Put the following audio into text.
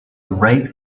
ripe